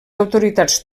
autoritats